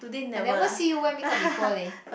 I never see you wear makeup before leh